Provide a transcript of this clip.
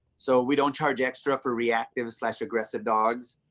so we don't charge extra for reactive slash aggressive dogs.